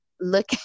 look